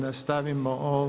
Nastavimo.